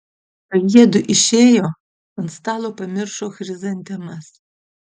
kai jiedu išėjo ant stalo pamiršo chrizantemas